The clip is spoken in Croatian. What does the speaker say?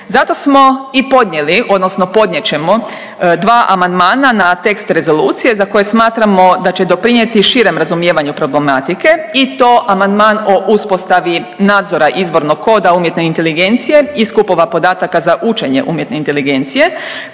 Zato smo i podnijeli, odnosno podnijet ćemo dva amandmana na tekst rezolucije za koje smatramo da će doprinijeti širem razumijevanju problematike i to amandman o uspostavi nadzora izvornog koda umjetne inteligencije i skupova podataka za učenje umjetne inteligencije